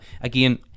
again